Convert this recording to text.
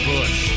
Bush